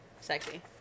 Sexy